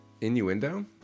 innuendo